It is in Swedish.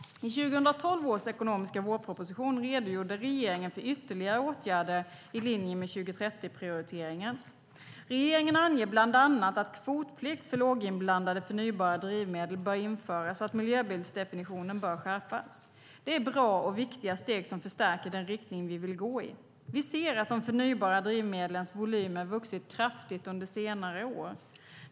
I 2012 års ekonomiska vårproposition redogjorde regeringen för ytterligare åtgärder i linje med 2030-prioriteringen. Regeringen anger bland annat att kvotplikt för låginblandade förnybara drivmedel bör införas och att miljöbilsdefinitionen bör skärpas. Det är bra och viktiga steg som förstärker den riktning vi vill gå i. Vi ser att de förnybara drivmedlens volymer har vuxit kraftigt under senare år.